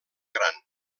gran